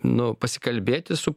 nu pasikalbėti su